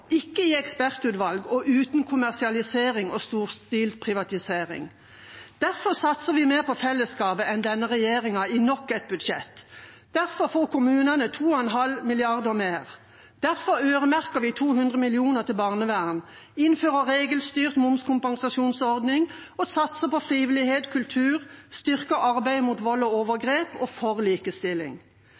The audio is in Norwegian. ikke i ekspertutvalg, og uten kommersialisering og storstilt privatisering. Derfor satser vi mer på fellesskapet enn denne regjeringa i nok et budsjett. Derfor får kommunene 2,5 mrd. kr mer. Derfor øremerker vi 200 mill. kr til barnevernet, innfører en regelstyrt momskompensasjonsordning, satser på frivillighet og kultur og styrker arbeidet mot vold og overgrep og for likestilling.